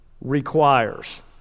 requires